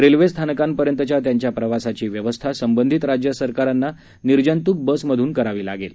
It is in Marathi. रेल्वे स्थानकापर्यंतच्या त्यांच्या प्रवासाची व्यवस्था संबंधित राज्यसरकारांना निर्जतुक बसमधून करावी लागेल